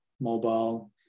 mobile